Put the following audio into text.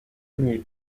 n’aimiez